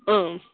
ஆ